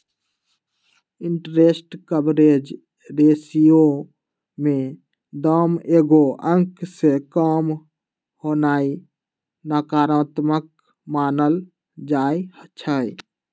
interest coverage ratio के दाम एगो अंक से काम होनाइ नकारात्मक मानल जाइ छइ